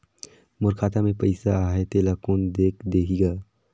मोर खाता मे पइसा आहाय तेला कोन देख देही गा?